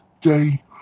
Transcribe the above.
day